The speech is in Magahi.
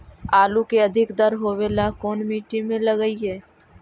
आलू के अधिक दर होवे ला कोन मट्टी में लगीईऐ?